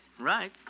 Right